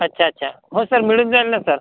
अच्छा अच्छा हो सर मिळून जाईल ना सर